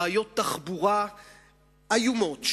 בעיות תחבורה איומות,